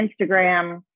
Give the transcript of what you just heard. Instagram